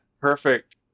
perfect